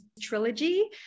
trilogy